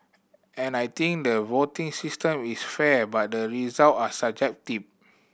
and I think the voting system is fair but the result are subjective